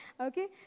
Okay